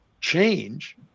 change